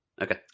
Okay